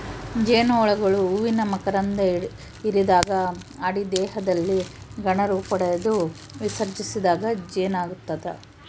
ಜೇನುಹುಳುಗಳು ಹೂವಿನ ಮಕರಂಧ ಹಿರಿದಾಗ ಅಡಿ ದೇಹದಲ್ಲಿ ಘನ ರೂಪಪಡೆದು ವಿಸರ್ಜಿಸಿದಾಗ ಜೇನಾಗ್ತದ